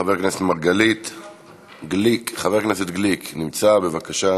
חבר הכנסת גליק נמצא, בבקשה,